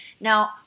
Now